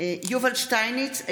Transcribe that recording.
יובל שטייניץ,